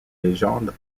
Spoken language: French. légendes